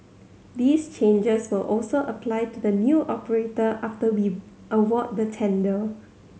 these changes will also apply to the new operator after we award the tender